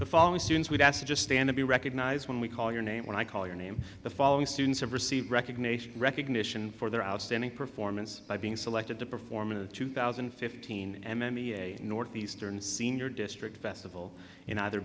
the following students we ask just stand to be recognized when we call your name when i call your name the following students have received recognition recognition for their outstanding performance by being selected to perform in two thousand and fifteen mme northeastern senior district festival in either